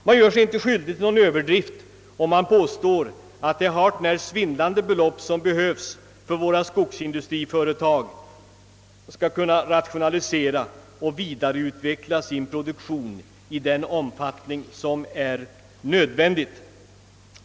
Det är inte någon överdrift att påstå att det är hart när svindlande belopp som behövs för att våra skogsindustriföretag skall kunna rationalisera och vidareutveckla sin produktion i den omfattning som är nödvändig.